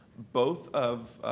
both of